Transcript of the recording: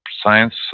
science